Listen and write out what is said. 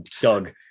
Doug